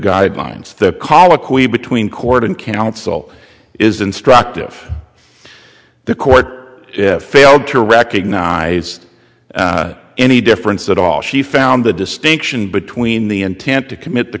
guidelines the colloquy between court and council is instructive the court failed to recognize any difference at all she found the distinction between the intent to commit the